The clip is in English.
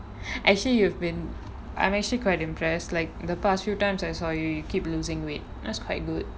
actually you've been I'm actually quite impressed like the past few times I saw you you keep losing weight that's quite good